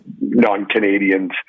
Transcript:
Non-Canadians